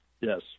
Yes